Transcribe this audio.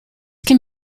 can